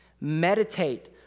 Meditate